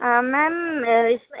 ma'am